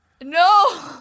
no